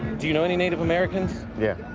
do you know any native americans? yeah,